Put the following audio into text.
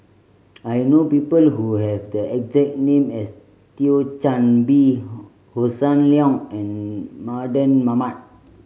I know people who have the exact name as Thio Chan Bee Hossan Leong and Mardan Mamat